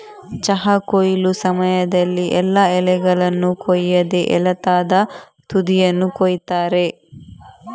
ಚಹಾ ಕೊಯ್ಲು ಸಮಯದಲ್ಲಿ ಎಲ್ಲಾ ಎಲೆಗಳನ್ನ ಕೊಯ್ಯದೆ ಎಳತಾದ ತುದಿಯನ್ನ ಕೊಯಿತಾರೆ